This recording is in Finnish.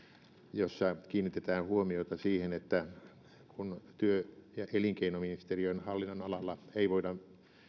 jossa kiinnitetään huomiota siihen että kun työ ja elinkeinoministeriön hallinnonalalla ei voida